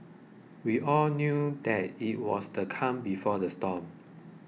we all knew that it was the calm before the storm